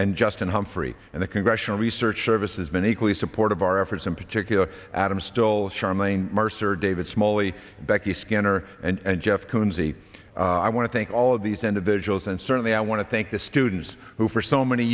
and just in humphrey and the congressional research service has been equally support of our efforts in particular adam stole charmaine mercer david smally becky skinner and jeff koons e i want to thank all of these individuals and certainly i want to thank the students who for so many